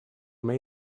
may